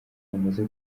wamaze